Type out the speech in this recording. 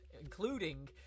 including